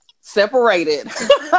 Separated